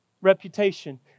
reputation